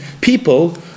people